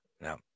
Now